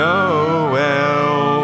Noel